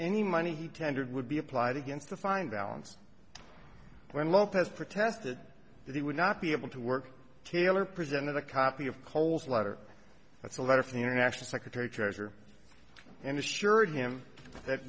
any money he tendered would be applied against the fine balance when lopez protested that he would not be able to work taylor presented a copy of cole's letter that's a letter from the international secretary treasurer and assured him that